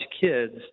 kids